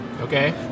Okay